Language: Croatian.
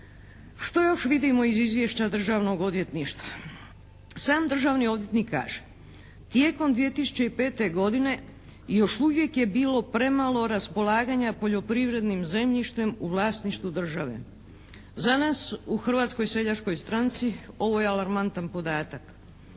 Što još vidimo iz Izvješća Državnog odvjetništva? Sam državni odvjetnik kaže: tijekom 2005. godine još uvijek je bilo premalo raspolaganja poljoprivrednim zemljištem u vlasništvu države. Za nas u Hrvatskoj seljačkoj stranci ovo je alarmantan podatak.